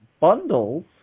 bundles